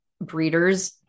breeders